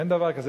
אין דבר כזה.